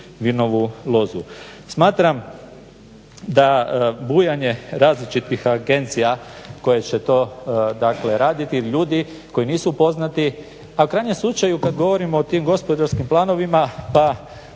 vinovu lozu. Smatram da bujanje različitih agencija koje će to, dakle raditi ljudi koji nisu poznati, a u krajnjem slučaju kad govorimo o tim gospodarskim planovima, pa